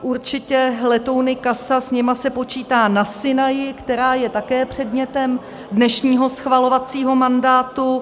Určitě s letouny CASA se počítá na Sinaji, která je také předmětem dnešního schvalovacího mandátu.